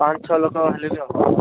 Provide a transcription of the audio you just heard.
ପାଞ୍ଚଶହ ଲୋକ ହେଲେ ବି ହେବ